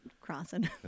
crossing